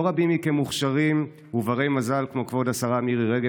לא רבים מכם מוכשרים ובני מזל כמו כבוד השרה מירי רגב,